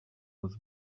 was